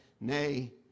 Nay